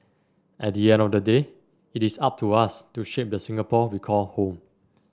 at the end of the day it is up to us to shape the Singapore we call home